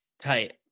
Tight